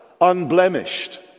unblemished